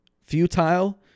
Futile